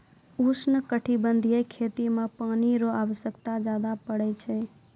उष्णकटिबंधीय खेती मे पानी रो आवश्यकता ज्यादा पड़ै छै